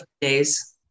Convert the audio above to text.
days